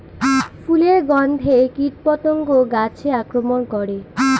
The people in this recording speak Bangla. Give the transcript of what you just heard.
ফুলের গণ্ধে কীটপতঙ্গ গাছে আক্রমণ করে?